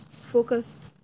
focus